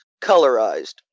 colorized